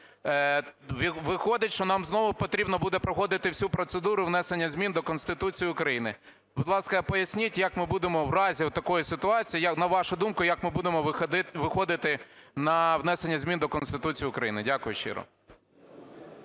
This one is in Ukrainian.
Виходить, що нам знову потрібно буде проходити всю процедуру внесення змін до Конституції України. Будь ласка, поясніть, як ми будемо в разі отакої ситуації, на вашу думку, як ми будемо виходити на внесення змін до Конституції України. Дякую щиро.